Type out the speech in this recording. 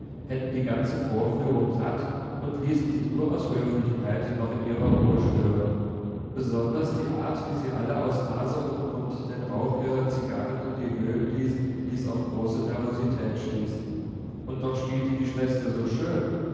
hätten die ganze vorführung satt und ließen sich nur aus höflichkeit noch in ihrer ruhe stören besonders die art wie sie alle aus nase und mund den rauch ihrer zigarren in die höhe bliesen ließ auf große nervosität schließen und doch spielte die schwester so schön